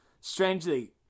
strangely